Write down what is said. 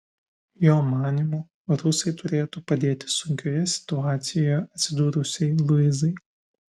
jo manymu rusai turėtų padėti sunkioje situacijoje atsidūrusiai luizai